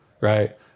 right